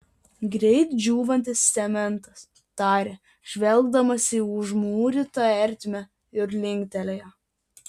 greit džiūvantis cementas tarė žvelgdamas į užmūrytą ertmę ir linktelėjo